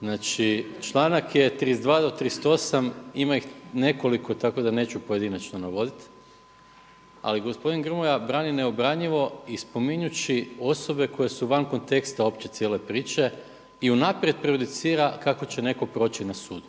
Znači, članak je 32. – 38. Ima ih nekoliko tako da neću pojedinačno navoditi, ali gospodin Grmoja brani neobranjivo i spominjući osobe koje su van konteksta opće cijele priče, i unaprijed prejudicira kako će netko proći na sudu.